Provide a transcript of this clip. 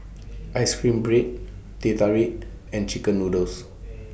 Ice Cream Bread Teh Tarik and Chicken Noodles